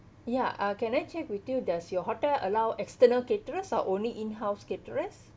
ya uh can I check with you does your hotel allow external caterers uh only in-house caterers